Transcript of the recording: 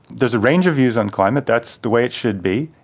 there is a range of views on climate, that's the way it should be,